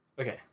okay